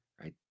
right